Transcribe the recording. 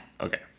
Okay